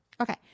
Okay